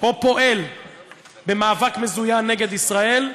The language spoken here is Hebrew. או פועל במאבק מזוין נגד ישראל,